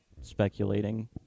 speculating